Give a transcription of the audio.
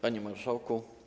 Panie Marszałku!